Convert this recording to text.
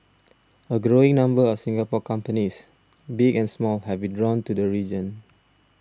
a growing number of Singapore companies big and small have been drawn to the region